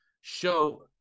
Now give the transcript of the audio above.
show